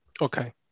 Okay